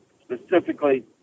specifically